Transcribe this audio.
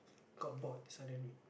got bored so I didn't read